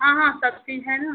हाँ हाँ सब चीज़ है ना